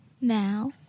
Now